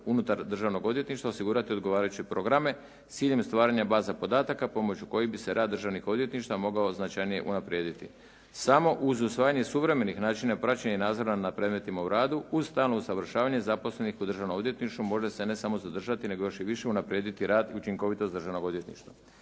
unutar Državnog odvjetništva osigurati odgovarajuće programe s ciljem stvaranja baza podataka pomoću kojih bi se rad državnih odvjetništava mogao značajnije unaprijediti. Samo uz usvajanje suvremenih načina praćenja i nadzora nad predmetima u radu uz stalno usavršavanje zaposlenih u Državnom odvjetništvu može se ne samo zadržati, nego još i više unaprijediti rad i učinkovitost Državnog odvjetništva.